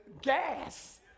gas